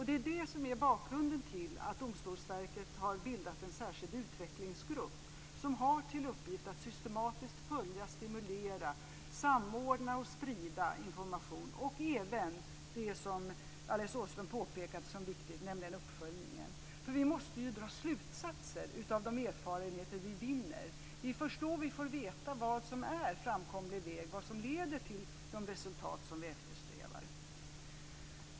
Det är detta som är bakgrunden till att Domstolsverket har bildat en särskild utvecklingsgrupp som har till uppgift att systematiskt följa, stimulera, samordna och sprida information och även det som Alice Åström påpekade som viktigt, nämligen att syssla med uppföljning. Vi måste ju dra slutsatser av de erfarenheter som vi vinner. Det är först då som vi får veta vad som är framkomlig väg, vad som leder till de resultat som vi eftersträvar.